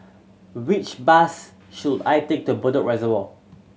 which bus should I take to Bedok Reservoir